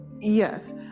Yes